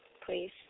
please